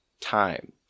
time